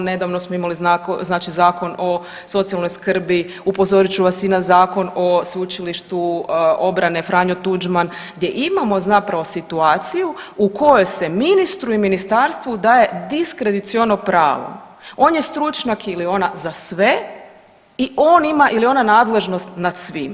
Nedavno smo imali znači Zakon o socijalnoj skrbi, upozorit ću vas i na Zakon o Sveučilištu obrane Franjo Tuđman gdje imamo zapravo situaciju u kojoj se ministru i ministarstvu daje diskreciono pravo, on je stručnjak ili ona za sve i on ima ili ona nadležnost nad svim.